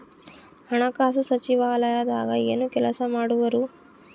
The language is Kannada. ಹಣಕಾಸು ಸಚಿವಾಲಯದಾಗ ಏನು ಕೆಲಸ ಮಾಡುವರು?